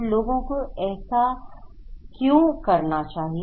तो लोगों को ऐसा क्यों करना चाहिए